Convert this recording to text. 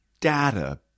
data